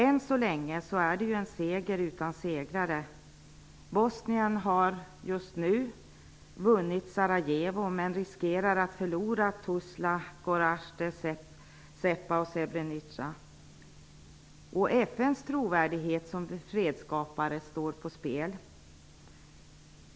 Än så länge är det en seger utan segrare. Bosnierna har just nu vunnit Sarajevo men riskerar att förlora Tuzla, Gorazde, Zepa och Srebrenica. FN:s trovärdighet som fredsskapare står på spel.